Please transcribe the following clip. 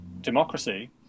democracy